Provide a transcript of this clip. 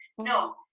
No